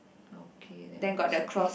okay that was okay